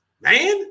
man